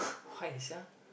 why sia